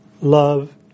love